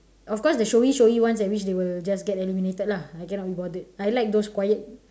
of course the showy showy ones at which they will just get eliminated lah I cannot be bothered I like those quiet